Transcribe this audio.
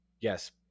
yes